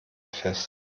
fest